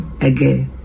again